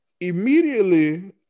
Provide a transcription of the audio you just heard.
immediately